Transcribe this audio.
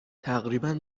تقریبا